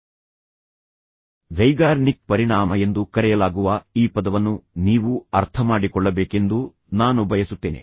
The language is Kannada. ಝೀಗರ್ನಿಕ್ ಪರಿಣಾಮ ಎಂದು ಕರೆಯಲಾಗುವ ಈ ಪದವನ್ನು ನೀವು ಅರ್ಥಮಾಡಿಕೊಳ್ಳಬೇಕೆಂದು ನಾನು ಬಯಸುತ್ತೇನೆ